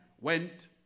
went